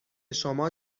شما